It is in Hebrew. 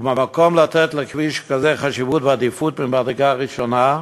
ובמקום לתת לכביש כזה חשיבות ועדיפות ממדרגה ראשונה,